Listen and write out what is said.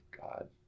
God